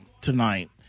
tonight